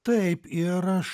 taip ir aš